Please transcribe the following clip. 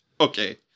Okay